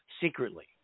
secretly